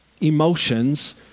emotions